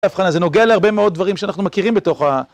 זה נוגע להרבה מאוד דברים שאנחנו מכירים בתוך ה...